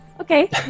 Okay